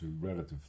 relative